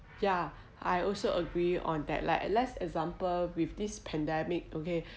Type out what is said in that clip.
yeah I also agree on that like at let's example with this pandemic okay